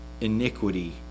iniquity